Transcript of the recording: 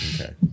Okay